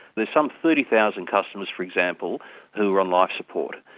there's some thirty thousand customers for example who are on life support.